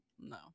no